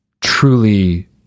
truly